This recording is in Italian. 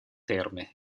terme